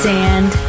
Sand